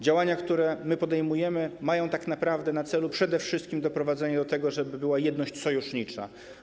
Działania, które my podejmujemy, mają tak naprawdę na celu przede wszystkim doprowadzenie do tego, żeby była jedność sojusznicza.